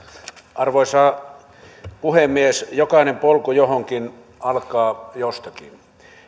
arvoisa puhemies jokainen polku johonkin alkaa jostakin